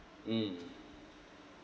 mm